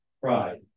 pride